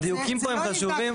הדיוקים פה הם חשובים.